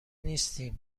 نیستیم